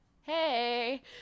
Hey